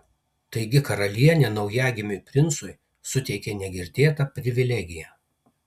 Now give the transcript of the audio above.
taigi karalienė naujagimiui princui suteikė negirdėtą privilegiją